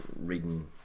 reading